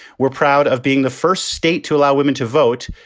we're proud of being the first state to allow women to vote.